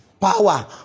Power